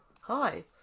Hi